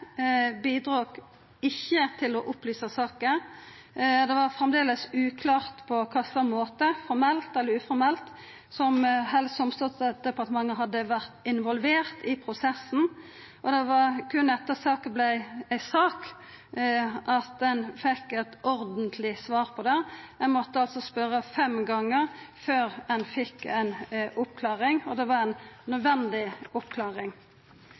ikkje til å opplysa saka. Det var framleis uklart på kva slags måte, formelt eller uformelt, Helse- og omsorgsdepartementet hadde vore involvert i prosessen, og det var berre etter at dette vart ei sak, at ein fekk eit ordentleg svar på det. Ein måtte spørja fem gonger før ein fekk ei oppklaring, og det var ei nødvendig oppklaring.